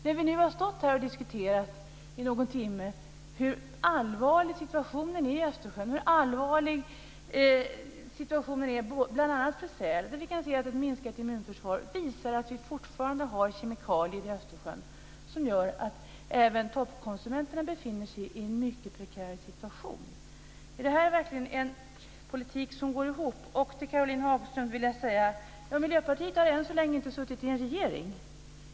Nu har vi stått här och diskuterat i någon timme om hur allvarlig situationen är i Östersjön, hur allvarlig situationen är bl.a. för säl, där vi kan se ett minskat immunförsvar. Det visar att vi fortfarande har kemikalier i Östersjön som gör att även toppkonsumenterna befinner sig i en mycket prekär situation. Är det här verkligen en politik som går ihop? Till Caroline Hagström vill jag säga att Miljöpartiet än så länge inte har suttit i en regering.